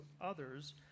others